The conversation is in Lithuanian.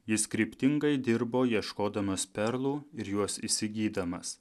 jis kryptingai dirbo ieškodamas perlų ir juos įsigydamas